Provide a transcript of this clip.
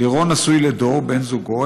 לירון נשוי לדור, בן זוגו.